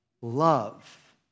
love